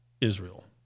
Israel